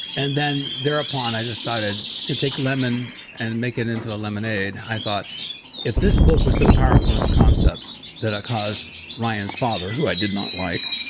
and then thereupon, i decided to you know take lemon and make it into a lemonade. i thought if this book was so powerful in its concepts that it caused ryan's father, who i did not like.